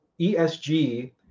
ESG